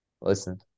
listen